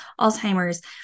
Alzheimer's